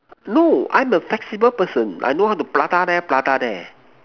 no I'm a flexible person I know how to prata there prata there